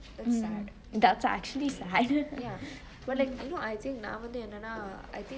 that's sad but you know I think நா வந்து என்னனா:naa vanthu ennenaa I think